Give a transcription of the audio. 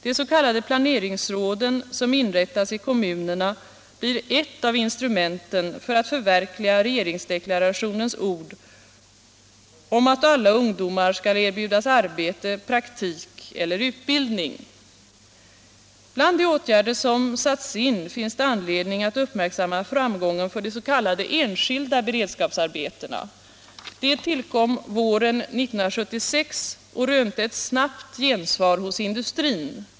De s.k. planeringsråd som inrättas i kommunerna blir ett av instrumenten för att förverkliga regeringsdeklarationens ord att alla ungdomar skall erbjudas Allmänpolitisk debatt Allmänpolitisk debatt arbete, praktik eller utbildning. Bland de åtgärder som satts in finns det anledning att uppmärksamma framgången för de s.k. enskilda beredskapsarbetena. De tillkom våren 1976 och rönte ett snabbt gensvar hos industrin.